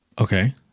okay